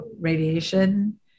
radiation